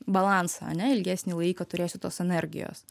balansą ane ilgesnį laiką turėsiu tos energijos